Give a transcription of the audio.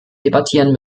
debattieren